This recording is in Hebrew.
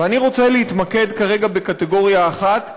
ואני רוצה להתמקד כרגע בקטגוריה אחת,